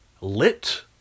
lit